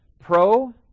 pro